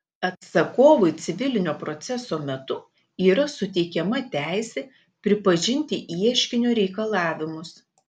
atsakovui civilinio proceso metu yra suteikiama teisė pripažinti ieškinio reikalavimus